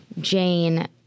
Jane